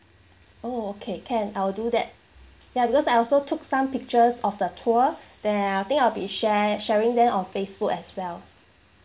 oh okay can I'll do that ya because I also took some pictures of the tour then I think I'll be share sharing that on facebook as well